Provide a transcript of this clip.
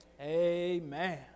Amen